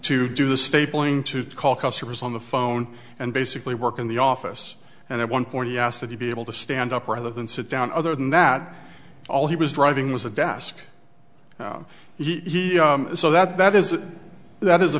to do the stapling to call customers on the phone and basically work in the office and at one point he asked that he be able to stand up rather than sit down other than that all he was driving was a desk now he so that is that is a